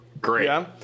Great